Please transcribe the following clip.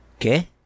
Okay